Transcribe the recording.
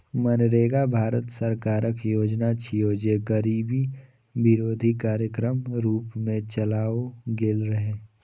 मनरेगा भारत सरकारक योजना छियै, जे गरीबी विरोधी कार्यक्रमक रूप मे चलाओल गेल रहै